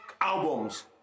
albums